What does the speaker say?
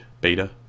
beta